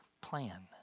plan